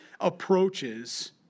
approaches